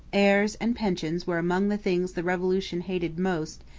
heirs, and pensions were among the things the revolution hated most,